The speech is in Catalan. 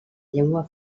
llengua